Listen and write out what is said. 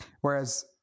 Whereas